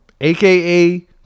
aka